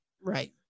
Right